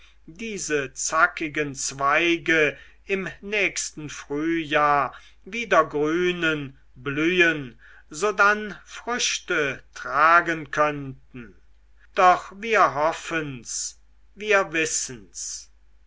diese zackigen zweige im nächsten frühjahr wieder grünen blühen sodann früchte tragen könnten doch wir hoffen's wir wissen's